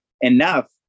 enough